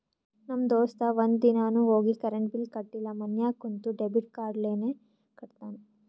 ನಮ್ ದೋಸ್ತ ಒಂದ್ ದಿನಾನು ಹೋಗಿ ಕರೆಂಟ್ ಬಿಲ್ ಕಟ್ಟಿಲ ಮನ್ಯಾಗ ಕುಂತ ಡೆಬಿಟ್ ಕಾರ್ಡ್ಲೇನೆ ಕಟ್ಟತ್ತಾನ್